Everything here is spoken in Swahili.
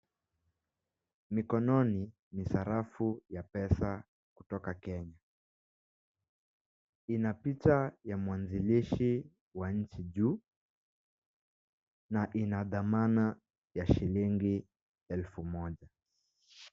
Mikononi ni sarafu ya pesa kutoka Kenya. Ina picha ya mwanzilishi wa nchi juu na ina dhamana ya shilingi elfu moja.